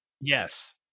Yes